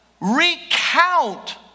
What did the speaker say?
recount